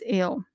ill